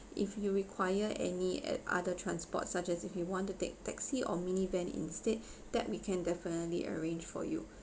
if you require any at other transports such as if you want to take taxi or mini van instead that we can definitely arrange for you